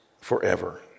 forever